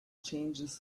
changes